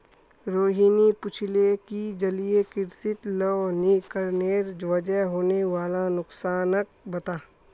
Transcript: रोहिणी पूछले कि जलीय कृषित लवणीकरनेर वजह होने वाला नुकसानक बता